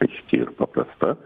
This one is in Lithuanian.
aiški ir paprasta